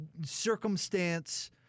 circumstance